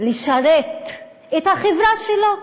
לשרת את החברה שלו,